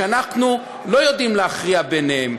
שאנחנו לא יודעים להכריע בהן,